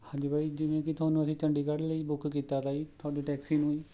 ਹਾਂਜੀ ਬਾਈ ਜਿਵੇਂ ਕਿ ਤੁਹਾਨੂੰ ਅਸੀਂ ਚੰਡੀਗ੍ਹੜ ਲਈ ਬੁੱਕ ਕੀਤਾ ਤਾ ਜੀ ਤੁਹਾਡੀ ਟੈਕਸੀ ਨੂੰ ਜੀ